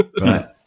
Right